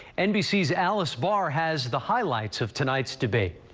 nbc's alice barr has the highlights of tonight's debate.